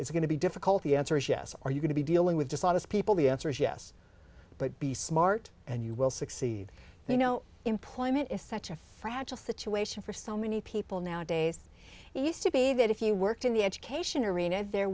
it's going to be difficult the answer is yes are you going to be dealing with dishonest people the answer is yes but be smart and you will succeed you know employment is such a fragile situation for so many people nowadays used to be that if you worked in the education arena there